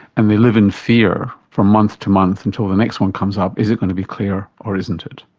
and they live in fear from month to month until the next one comes up is it going to be clear or isn't it?